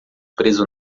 preso